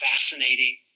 fascinating